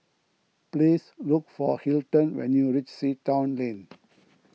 please look for Hilton when you reach Sea Town Lane